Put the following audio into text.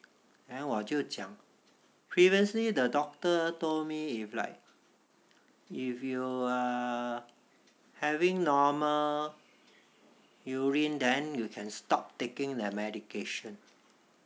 then 我就讲 previously the doctor told me if like if you are having normal urine then you can stop taking the medication